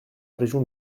région